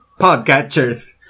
podcatchers